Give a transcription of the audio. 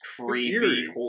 creepy